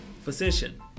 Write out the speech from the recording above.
physician